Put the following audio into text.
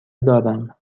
دارم